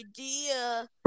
idea